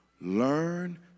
learn